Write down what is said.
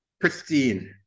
pristine